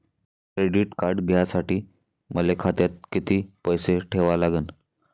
Credit card घ्यासाठी मले खात्यात किती पैसे ठेवा लागन?